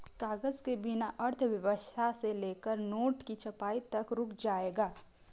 कागज के बिना अर्थव्यवस्था से लेकर नोट की छपाई तक रुक जाएगा